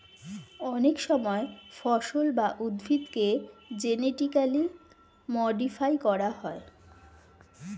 অনেক সময় ফসল বা উদ্ভিদকে জেনেটিক্যালি মডিফাই করা হয়